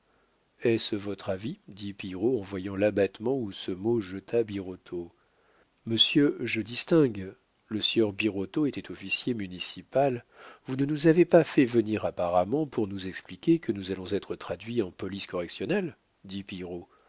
est-ce votre avis dit pillerault en voyant l'abattement où ce mot jeta birotteau monsieur je distingue le sieur birotteau était officier municipal vous ne nous avez pas fait venir apparemment pour nous expliquer que nous allons être traduits en police correctionnelle